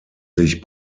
sich